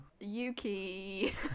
yuki